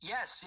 Yes